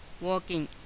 walking